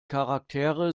charaktere